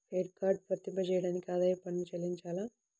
Credit card వర్తింపజేయడానికి ఆదాయపు పన్ను చెల్లించాలా?